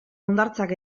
hondartzak